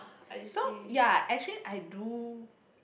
so ya actually I do